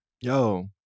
Yo